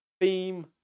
theme